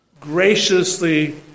graciously